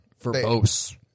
Verbose